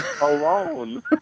Alone